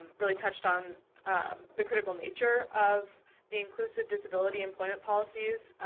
really touched on the critical nature of the inclusive disability employment policies,